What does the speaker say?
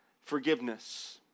forgiveness